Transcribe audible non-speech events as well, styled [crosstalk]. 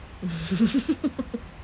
[laughs]